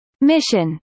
Mission